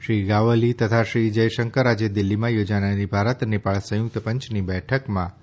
શ્રી ગ્વાવલી તથા શ્રી જયશંકર આજે દિલ્હીમાં યોજાનારી ભારત નેપાળ સંયુક્ત પંચની બેઠકમાં ભાગ લેશે